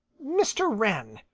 mr. wren,